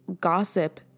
gossip